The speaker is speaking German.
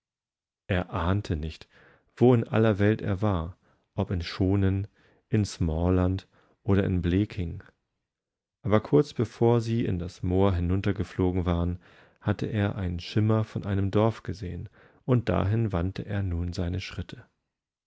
er ahnte nicht wo in aller welt er war ob in schonen in smaaland oder in bleking aber kurz bevor sie in das moor heruntergeflogen waren hatte er einen schimmer von einem dorf gesehen und dahin wandte er nun seine schritte